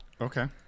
Okay